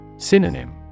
synonym